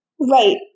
Right